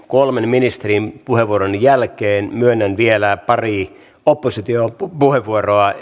kolmen ministerin puheenvuoron jälkeen myönnän vielä pari puheenvuoroa